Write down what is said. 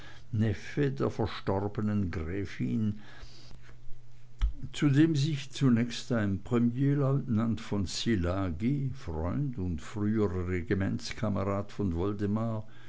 der verstorbenen gräfin zu dem sich zunächst ein premierleutnant von szilagy freund und früherer regimentskamerad von woldemar